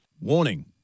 Warning